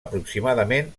aproximadament